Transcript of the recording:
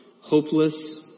hopeless